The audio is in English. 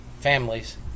families